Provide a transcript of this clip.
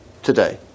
today